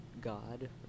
god